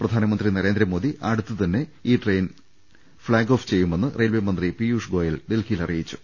പ്രധാനമന്ത്രി നരേന്ദ്രമോദി അടുത്തു തന്നെ ഈ ട്രെയിൻ സർവ്വീസ് ഫ്ളാഗ് ഓഫ് ചെയ്യുമെന്ന് റെയിൽവേമന്ത്രി പീയൂഷ് ഗോയൽ ഡൽഹിയിൽ അറിയി ച്ചു